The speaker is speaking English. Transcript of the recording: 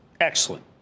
Excellent